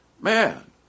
Man